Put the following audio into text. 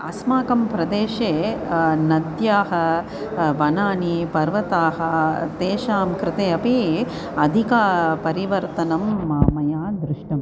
अस्माकं प्रदेशे नद्याः वनानि पर्वताः तेषां कृते अपि अधिकं परिवर्तनं म मया दृष्टम्